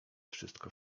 wszystko